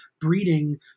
breeding